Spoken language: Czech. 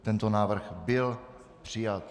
Tento návrh byl přijat.